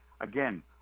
again